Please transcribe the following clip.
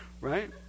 Right